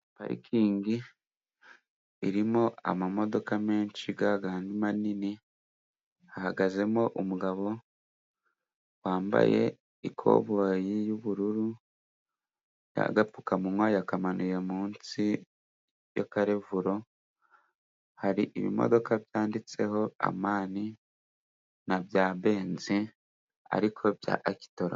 Parikingi irimo amamodoka menshi yayandi manini, hahagazemo umugabo wambaye ikoboyi y'ubururu, n'agapfukamunwa yakamanuye munsi y'akarevuro. Hari ibimodoka byanditseho amani, na bya benzi ariko bya akitora.